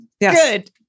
Good